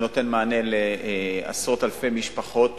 זה נותן מענה לעשרות אלפי משפחות